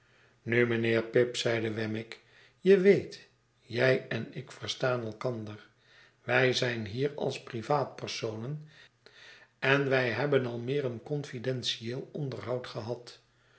nu mijnheer pip zeide wemmick u je weet jij en ik verstaan elkander wij zijnhier als privaat personen en wij hebben al meer een confidentieel onderhoud gehad